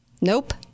Nope